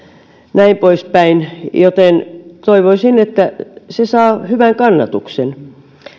näin poispäin joten toivoisin että se saa hyvän kannatuksen